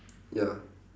ya